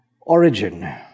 Origin